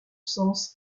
sens